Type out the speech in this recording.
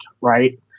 right